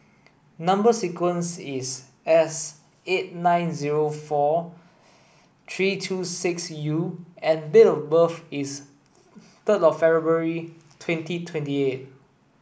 number sequence is S eight nine zero four three two six U and date of birth is third of February twenty twenty eight